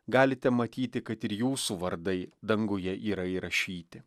galite matyti kad ir jūsų vardai danguje yra įrašyti